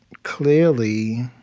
clearly,